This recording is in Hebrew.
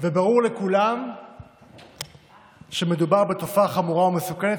וברור לכולם שמדובר בתופעה חמורה ומסוכנת,